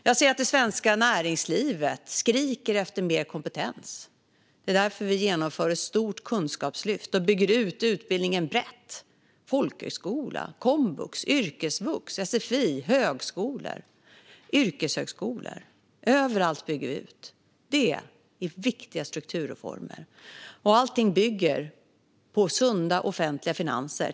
Jag ser att det svenska näringslivet skriker efter mer kompetens. Det är därför vi genomför ett stort kunskapslyft och bygger ut utbildningen brett - folkhögskola, komvux, yrkesvux, sfi, högskolor och yrkeshögskolor. Överallt bygger vi ut. Det är viktiga strukturreformer, och allting bygger på sunda offentliga finanser.